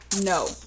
no